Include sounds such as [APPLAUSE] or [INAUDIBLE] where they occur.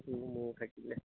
[UNINTELLIGIBLE] মোৰ থাকিলে